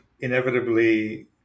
inevitably